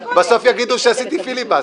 בסוף יגידו שעשיתי פיליבסטר.